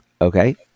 Okay